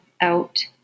Out